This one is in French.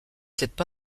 peut